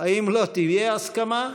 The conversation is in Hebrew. אם לא תהיה הסכמה,